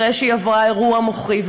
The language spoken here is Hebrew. אחרי שהיא עברה אירוע מוחי,